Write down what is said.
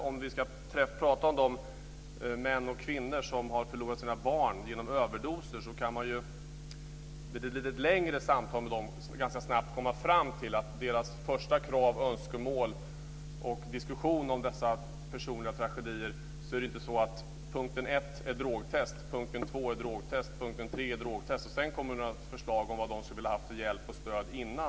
Om vi ska prata om de män och kvinnor som har förlorat sina barn genom överdoser kan man ju vid ett längre samtal med dem ganska snabbt komma fram till att deras första krav, önskemål och diskussioner om dessa personliga tragedier inte handlar om att punkten 1 är drogtest, punkten 2 är drogtest och punkten 3 är drogtest, och sedan kommer något förslag om vad de skulle vilja ha haft för hjälp och stöd innan.